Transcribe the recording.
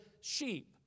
sheep